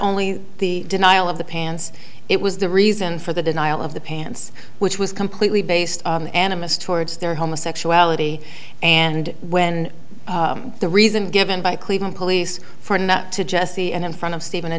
only the denial of the pants it was the reason for the denial of the pants which was completely based animist towards their homosexuality and when the reason given by cleveland police for not to jesse and in front of stephen